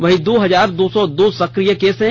वहीं दो हजार दो सौ दो सक्रिय केस हैं